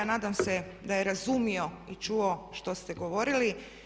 Nadam se da je razumio i čuo što ste govorili.